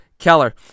Keller